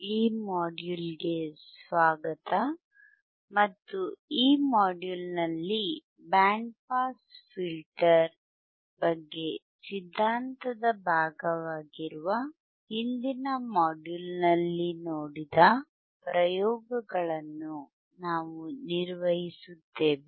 ಈ ಮಾಡ್ಯೂಲ್ಗೆ ಸ್ವಾಗತ ಮತ್ತು ಈ ಮಾಡ್ಯೂಲ್ನಲ್ಲಿ ಬ್ಯಾಂಡ್ ಪಾಸ್ ಫಿಲ್ಟರ್ ಬಗ್ಗೆ ಸಿದ್ಧಾಂತದ ಭಾಗವಾಗಿರುವ ಹಿಂದಿನ ಮಾಡ್ಯೂಲ್ನಲ್ಲಿ ನೋಡಿದ ಪ್ರಯೋಗಗಳನ್ನು ನಾವು ನಿರ್ವಹಿಸುತ್ತೇವೆ